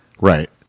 Right